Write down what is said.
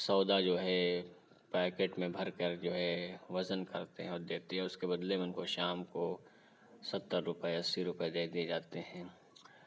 سودا جو ہے پیکٹ میں بھر کر جو ہے وزن کرتے ہیں اور دیتے ہیں اور اس کے بدلے میں ان کو شام کو ستّر روپئے اسّی روپئے دے دیے جاتے ہیں